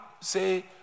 say